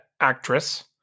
actress